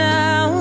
now